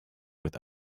with